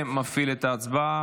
אני מפעיל את ההצבעה.